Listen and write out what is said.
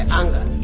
anger